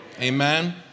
Amen